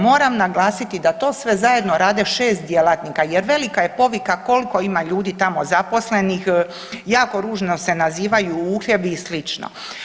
Moram naglasiti da to sve zajedno rade 6 djelatnika jer velika je povika koliko ima ljudi tamo zaposlenih, jako ružno se nazivaju uhljebi i slično.